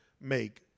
make